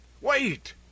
Wait